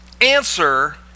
answer